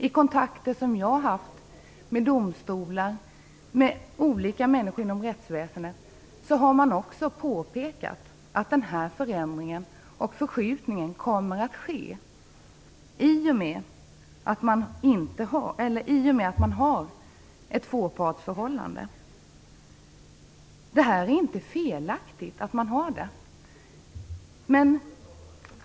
I kontakter som jag har haft med domstolar och med olika människor inom rättsväsendet har det också påpekats att denna förändring och förskjutning kommer att ske i och med ett tvåpartsförhållande. Att införa ett system med tvåpartsprocess är inte fel.